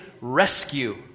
rescue